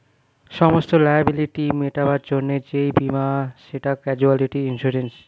সমস্ত লায়াবিলিটি মেটাবার জন্যে যেই বীমা সেটা ক্যাজুয়ালটি ইন্সুরেন্স